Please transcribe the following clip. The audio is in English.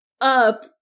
up